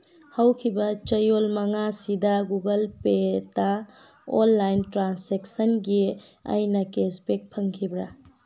ꯍꯧꯈꯤꯕ ꯆꯌꯣꯜ ꯃꯉꯥꯁꯤꯗ ꯒꯨꯒꯜ ꯄꯦꯗ ꯑꯣꯟꯂꯥꯏꯟ ꯇ꯭ꯔꯥꯟꯁꯦꯛꯁꯟꯒꯤ ꯑꯩꯅ ꯀꯦꯁꯕꯦꯛ ꯐꯪꯈꯤꯕ꯭ꯔꯥ